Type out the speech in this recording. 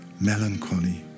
melancholy